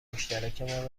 مشترکمان